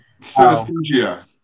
synesthesia